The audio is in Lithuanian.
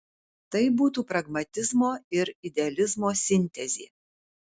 tai būtų pragmatizmo ir idealizmo sintezė